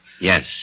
Yes